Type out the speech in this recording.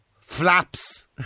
flaps